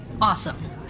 Awesome